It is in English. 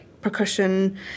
percussion